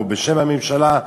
או בשם הממשלה,